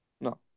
No